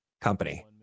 company